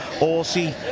Orsi